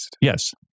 Yes